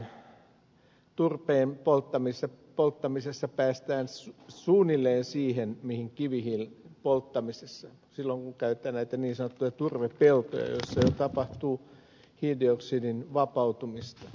parhaimmillaan turpeen polttamisessa päästään suunnilleen siihen mihin kivihiilen polttamisessa silloin kun käytetään näitä niin sanottuja turvepeltoja joissa jo tapahtuu hiilidioksidin vapautumista